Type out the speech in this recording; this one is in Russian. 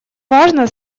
важно